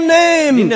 name